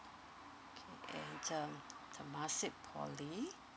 okay um temasek poly